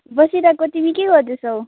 बसिरहेको तिमी के गर्दैछौ